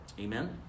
Amen